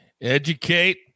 Educate